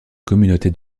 communauté